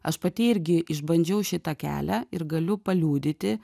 aš pati irgi išbandžiau šitą kelią ir galiu paliudyti